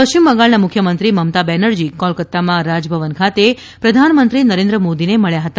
પશ્ચિમ બંગાડના મુખ્યમંત્રી મમતા બેનરજી કોલકાતામાં રાજભવન ખાતે પ્રધાનમંત્રી નરેન્દ્ર મોદીને મળ્યા હતા